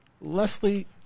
Leslie